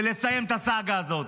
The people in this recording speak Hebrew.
ולסיים את הסאגה הזאת.